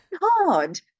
hard